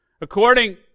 According